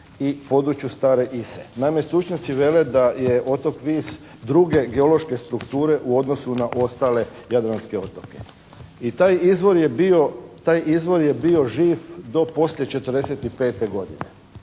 i području Stare Ise. Najme stručnjaci vele da je otok Vis druge geološke strukture u odnosu na ostale jadranske otoke. I taj izvor je bio živ do poslije '45. godine.